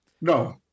No